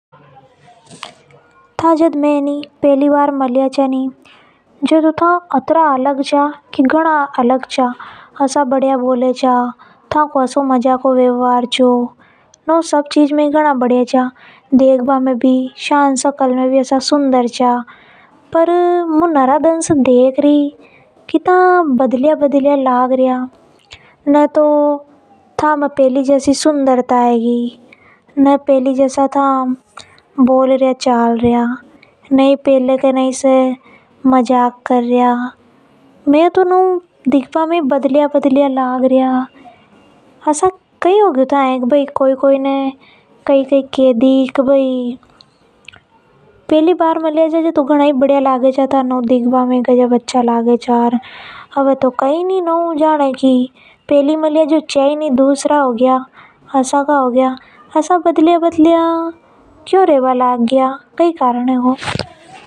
था जद मे पहली बार मीलिया था नि तो में घणा अलग लगे था। था आसा बढ़िया बोले था ताकों अच्छों व्यवहार थो। शकल में भी बढ़िया था। पर मु नरा दन से देख रि कि था घणा बदला-बदला जसा लाग रिया। न तो थामे पहले जैसी सुंदरता है और न ही था पहले जसा बोल रिया हो कई गयो थाए। न ही था मजाक के रिया। कोई कोई न कई कई तो नि के दी नि था से। पहले तो घणा ज्यादा बढ़िया था। पर पता नि अब कई जो गयो।